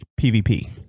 PvP